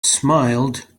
smiled